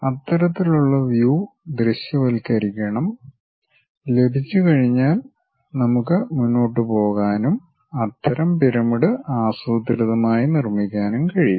അത്തരത്തിലുള്ള വ്യൂ ദൃശ്യവൽക്കരണം ലഭിച്ചുകഴിഞ്ഞാൽ നമുക്ക് മുന്നോട്ട് പോകാനും അത്തരം പിരമിഡ് ആസൂത്രിതമായി നിർമ്മിക്കാനും കഴിയും